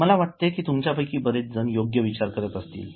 मला वाटते की तुमच्यापैकी बरेच जण योग्य विचार करत आहेत